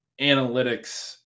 analytics